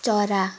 चरा